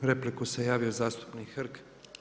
Za repliku se javio zastupnik Hrg.